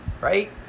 right